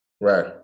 right